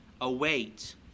await